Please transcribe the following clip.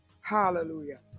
Hallelujah